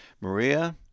Maria